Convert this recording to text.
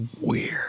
weird